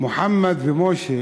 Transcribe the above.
מוחמד ומשה